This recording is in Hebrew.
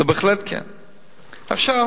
עכשיו,